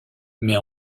mais